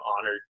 honored